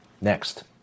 next